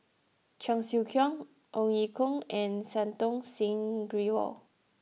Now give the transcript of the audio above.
Cheong Siew Keong Ong Ye Kung and Santokh Singh Grewal